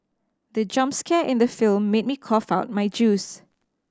the jump scare in the film made me cough out my juice